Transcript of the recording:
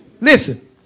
Listen